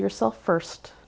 yourself first